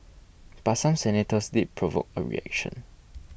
but some senators did provoke a reaction